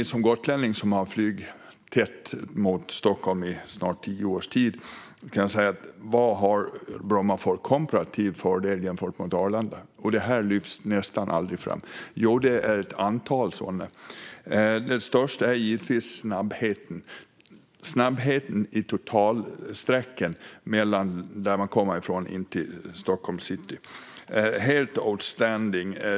Men som gotlänning som har flugit tätt till Stockholm i snart tio års tid vet jag att det finns ett antal sådana. Den största fördelen är givetvis snabbheten och den totala sträckan mellan flygplatsen och Stockholms city. Det är helt outstanding.